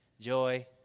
Joy